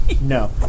No